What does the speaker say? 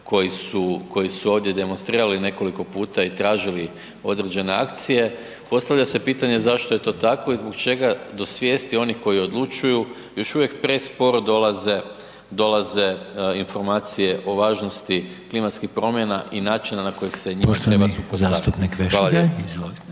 koji su ovdje demonstrirali nekoliko puta i tražili određene akcije. Postavlja se pitanje zašto je to tako i zbog čega do svijesti onih koji odlučuju još uvijek presporo dolaze informacije o važnosti klimatskih promjena i načina na koji se njima treba suprotstaviti. **Reiner, Željko (HDZ)**